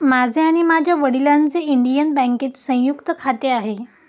माझे आणि माझ्या वडिलांचे इंडियन बँकेत संयुक्त खाते आहे